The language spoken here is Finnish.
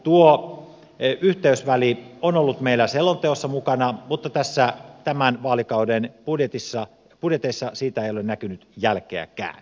tuo yhteysväli on ollut meillä selonteossa mukana mutta tämän vaalikauden budjeteissa siitä ei ole näkynyt jälkeäkään